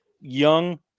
young